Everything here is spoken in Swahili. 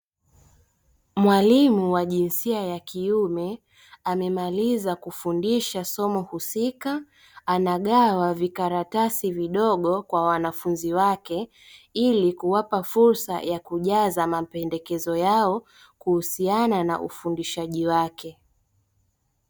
Mwalimu wa jinsia ya kiume amemaliza kufundisha somo husika, anagawa vikaratasi vidogo kwa wanafunzi wake ili kuwapa fursa ya kujaza mapendekezo yao kuhusiana na ufundishaji wake.